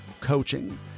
coaching